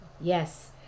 yes